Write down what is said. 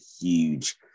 huge